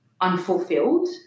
unfulfilled